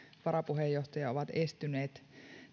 varapuheenjohtaja ovat estyneet